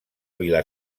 vila